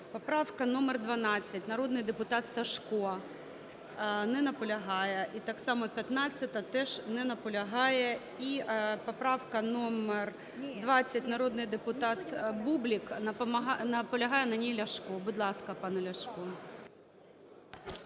Поправка номер 12, народний депутат Сажко. Не наполягає. І так само 15-а - теж не наполягає. І поправка номер 20, народний депутат Бублик. Наполягає на ній Ляшко. Будь ласка, пане Ляшко.